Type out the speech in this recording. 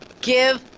give